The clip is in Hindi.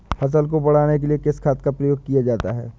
फसल को बढ़ाने के लिए किस खाद का प्रयोग किया जाता है?